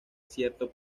cierto